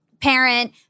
parent—